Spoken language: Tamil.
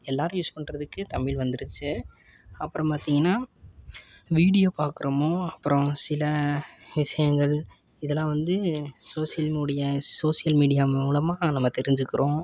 எல்லாேரும் யூஸ் பண்ணுறதுக்கு தமிழ் வந்துருச்சு அப்புறம் பார்த்தீங்கன்னா வீடியோ பார்க்கறமோ அப்புறம் சில விஷயங்கள் இதெல்லாம் வந்து சோசியல்னுடைய சோசியல் மீடியா மூலமாக நம்ம தெரிஞ்சுக்கறோம்